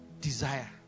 desire